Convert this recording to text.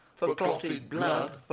for clotted blood,